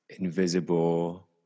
invisible